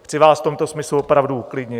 Chci vás v tomto smyslu opravdu uklidnit.